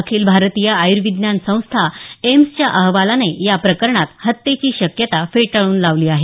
अखिल भारतीय आयूर्विज्ञान संस्था एम्सच्या अहवालाने या प्रकरणात हत्येची शक्यता फेटाळून लावली आहे